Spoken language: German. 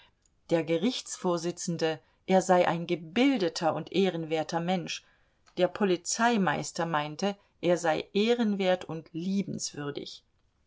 der gerichtsvorsitzende er sei ein gebildeter und ehrenwerter mensch der polizeimeister meinte er sei ehrenwert und liebenswürdig